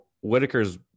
Whitaker's